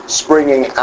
springing